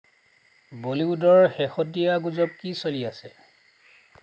বলিউডৰ শেহতীয়া গুজব কি চলি আছে